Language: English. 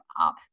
up